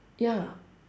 ya